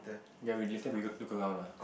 ya we later we go look around lah